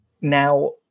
Now